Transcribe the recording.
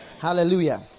Hallelujah